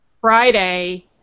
Friday